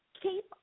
keep